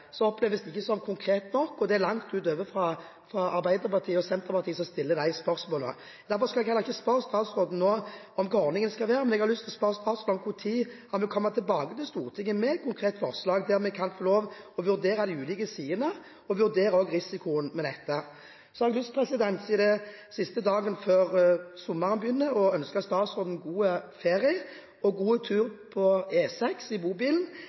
så er det jo dem vi etterspør. Da er det slik at om en er konkret, oppleves det ikke som konkret nok, og det er langt fra bare Arbeiderpartiet og Senterpartiet som stiller de spørsmålene. Derfor skal jeg heller ikke spørre statsråden nå om hva ordningen skal være, men jeg vil spørre ham om når han kommer tilbake til Stortinget med konkret forslag der vi kan få lov til å vurdere de ulike sidene, og også vurdere risikoen ved dette. Så har jeg lyst til, siden det er nest siste dagen før sommerferien begynner, å ønske statsråden god ferie og god tur